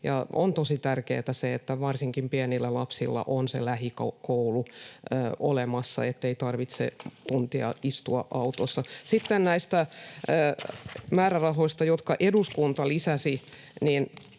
on tosi tärkeätä, että varsinkin pienillä lapsilla on se lähikoulu olemassa, ettei tarvitse tunteja istua autossa. Sitten näistä määrärahoista, jotka eduskunta lisäsi: